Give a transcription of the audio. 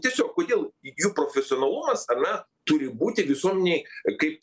tiesiog kodėl jų profesionalumas ar ne turi būti visuomenei kaip